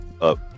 up